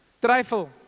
Trifle